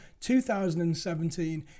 2017